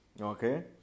Okay